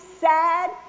sad